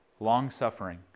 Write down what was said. long-suffering